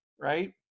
right